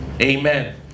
Amen